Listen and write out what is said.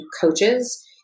coaches